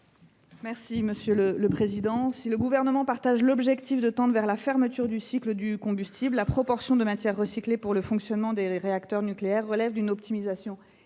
Mme la ministre déléguée. Si le Gouvernement partage l’objectif de tendre vers la fermeture du cycle du combustible, la proportion de matières recyclées pour le fonctionnement des réacteurs nucléaires relève d’une optimisation